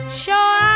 sure